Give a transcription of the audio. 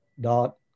Dot